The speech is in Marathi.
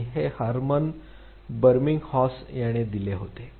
आणि हे हर्मन एबिंगहॉस यांनी दिले होते